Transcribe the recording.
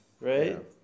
right